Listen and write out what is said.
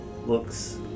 looks